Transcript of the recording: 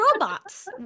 robots